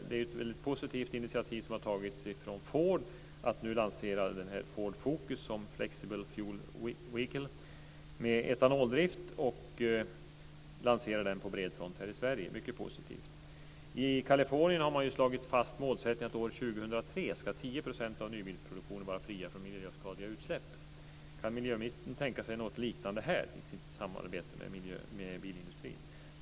Det är ett mycket positivt initiativ som har tagits från Ford att nu på bred front i Sverige lansera Ford Focus som flexible fuel vehicle med etanoldrift. Det är mycket positivt. I Kalifornien har man ju slagit fast målsättningen att 10 % av nybilsproduktionen år 2003 ska vara fri från miljöskadliga utsläpp. Kan miljöministern tänka sig något liknande här i sitt samarbete med bilindustrin?